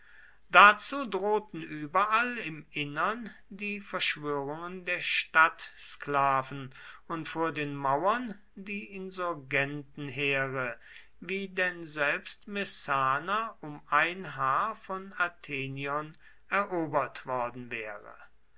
dazu drohten überall im innern die verschwörungen der stadtsklaven und vor den mauern die insurgentenheere wie denn selbst messana um ein haar von athenion erobert worden wäre